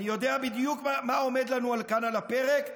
אני יודע בדיוק מה עומד לנו כאן על הפרק,